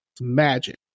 Magic